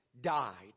died